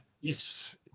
Yes